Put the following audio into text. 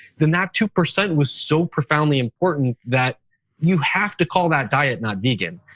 then that two percent was so profoundly important that you have to call that diet, not vegan,